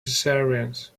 cesareans